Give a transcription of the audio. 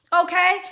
Okay